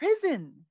prison